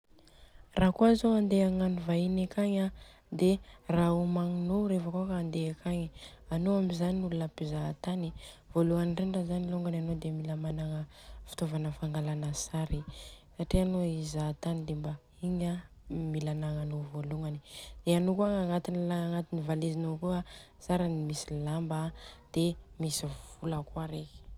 Rakôa zô handeha ivahiny akagny an de ra omagninô rehefa kôa ka handeha de akagny. Anô amizany olona pizaha tany, voaloany indrindra zany lôngany aloka a de mila managna fotôvana fangalana sary. Satria anô izaha tany de i de mba Igny a mila anagnanô vôlohany, de anô kôa agnatiny i valizaonô akô an de mila lamba an de misy vola kôa reka.